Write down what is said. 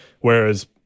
whereas